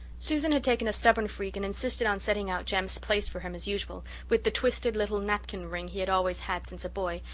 susan had taken a stubborn freak and insisted on setting out jem's place for him as usual, with the twisted little napkin ring he had always had since a boy,